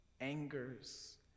angers